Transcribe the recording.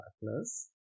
partners